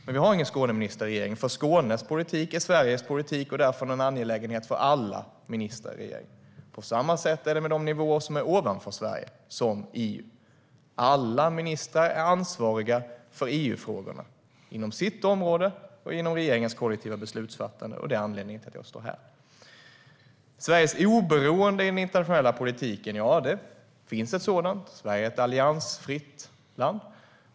Men vi har ingen Skåneminister, för Skånes politik är Sveriges politik och därför en angelägenhet för alla ministrar i regeringen. På samma sätt är det med de nivåer som är ovanför Sverige, såsom EU. Alla ministrar är ansvariga för EU-frågorna inom sitt område och genom regeringens kollektiva beslutsfattande. Det är anledningen till att jag står här. När det gäller Sveriges oberoende i den internationella politiken finns det ett sådant. Sverige är ett alliansfritt land.